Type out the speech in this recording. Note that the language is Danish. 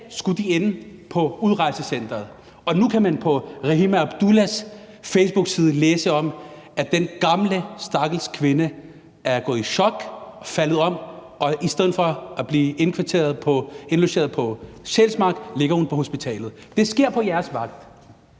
skulle de ende på udrejsecenteret, og nu kan man på Rahima Abdullahs facebookside læse om, at den gamle, stakkels kvinde er gået i chok og faldet om, og i stedet for at blive indlogeret på Sjælsmark ligger hun på hospitalet. Det sker på jeres vagt.